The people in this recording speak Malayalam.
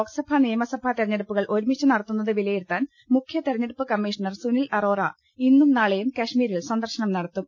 ലോക്സഭാ നിയമസഭാ തെരഞ്ഞെടുപ്പുകൾ ഒരുമിച്ചു നടത്തുന്നത് വിലയിരുത്താൻ മുഖ്യ തെരഞ്ഞെടുപ്പ് കമ്മീഷണർ സുനിൽ അറോറ ഇന്നും നാളെയും സന്ദർശനം നടത്തും